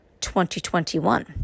2021